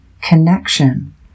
connection